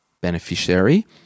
beneficiary